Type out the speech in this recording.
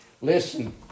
Listen